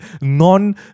non